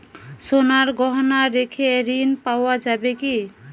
সোনার গহনা রেখে ঋণ পাওয়া যাবে কি?